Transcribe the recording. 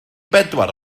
bedwar